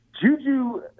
Juju